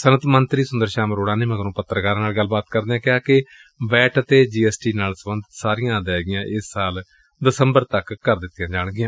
ਸੱਨਅਤ ਮੰਤਰੀ ਸੁੰਦਰ ਸ਼ਾਮ ਅਰੋੜਾ ਨੇ ਮਗਰੋਂ ਪੱਤਰਕਾਰਾਂ ਨਾਲ ਗਲਬਾਤ ਕਰਦਿਆਂ ਕਿਹਾ ਕਿ ਵੈਟ ਅਤੇ ਜੀ ਐਸ ਟੀ ਨਾਲ ਸਬੰਧਤ ਸਾਰੀਆਂ ਅਦਾਇਗੀਆਂ ਏਸ ਸਾਲ ਦਸੰਬਰ ਤੱਕ ਕਰ ਦਿੱਤੀਆਂ ਜਾਣਗੀਆਂ